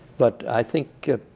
but i think,